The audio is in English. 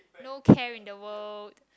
no care in the world